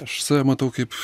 aš save matau kaip